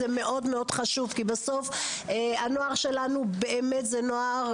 זה מאוד מאוד חשוב, כי בסוף, הנוער שלנו הוא שונה.